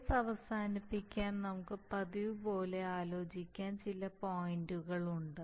course അവസാനിപ്പിക്കാൻ നമുക്ക് പതിവുപോലെ ആലോചിക്കാൻ ചില പോയിന്റുകളുണ്ട്